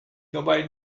nobody